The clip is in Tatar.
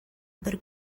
бер